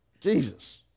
Jesus